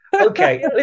Okay